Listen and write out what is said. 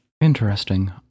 Interesting